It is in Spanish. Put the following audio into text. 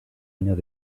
años